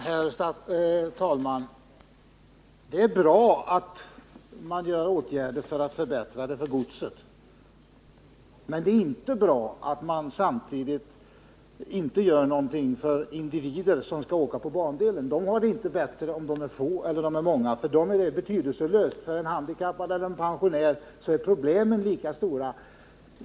Herr talman! Det är bra att man vidtar åtgärder när det gäller att åstadkomma förbättringar i fråga om godset, men det är inte bra att man samtidigt inte gör någonting för individer som skall åka på bandelen. De har det inte bättre om de är många än om de är få — för dem är det betydelselöst. För en handikappad eller en pensionär är problemen lika stora.